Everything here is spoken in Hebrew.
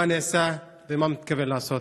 מה נעשה, ומה מתכוון לעשות?